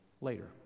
later